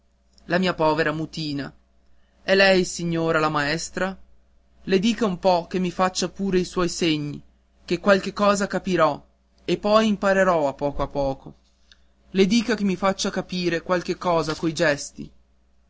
la mia povera mutina è lei signora la maestra le dica un po che mi faccia pure i suoi segni che qualche cosa capirò e poi imparerò a poco a poco le dica che mi faccia capire qualche cosa coi gesti